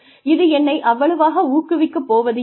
இது என்னை அவ்வளவாக ஊக்குவிக்கப் போவதில்லை